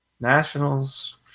Nationals